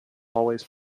always